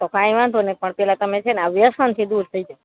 તો કાંઈ વાંધો નહીં પણ પહેલાં તમે છે ને આ વ્યસનથી દૂર થઈ જાવ